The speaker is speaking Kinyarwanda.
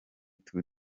tour